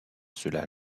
cela